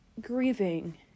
grieving